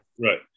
right